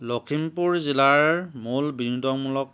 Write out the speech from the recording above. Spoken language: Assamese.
লখিমপুৰ জিলাৰ মূল বিনোদনমূলক